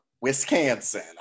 Wisconsin